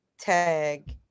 tag